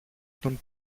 τον